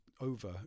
over